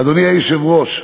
אדוני היושב-ראש,